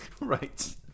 Right